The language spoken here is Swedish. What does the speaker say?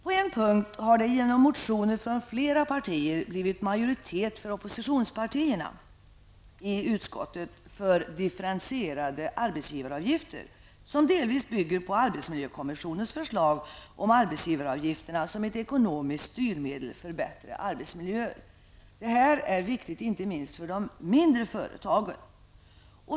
På en punkt har det genom motioner från flera partier skapats en majoritet i utskottet för oppositionspartiernas förslag om differentierade arbetsgivaravgifter, som delvis bygger på arbetsmiljökommissionens förslag om att arbetsgivaravgifterna skall användas som ett ekonomiskt styrmedel för bättre arbetsmiljöer. Detta är viktigt, inte minst för de mindre företagen.